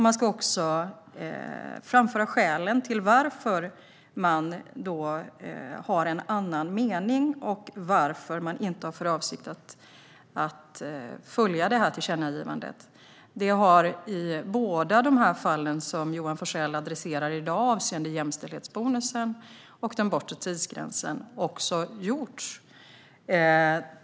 Man ska också framföra skälen till att man har en annan mening och varför man inte har för avsikt att följa tillkännagivandet. Det har i båda de fall som Johan Forssell adresserar i dag avseende jämställdhetsbonusen och den bortre tidsgränsen också gjorts.